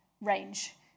range